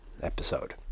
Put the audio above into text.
episode